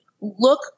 Look